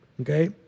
Okay